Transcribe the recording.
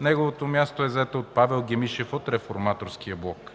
Неговото място е заето от Павел Гемишев от Реформаторския блок.